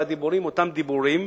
והדיבורים הם אותם דיבורים,